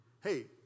hey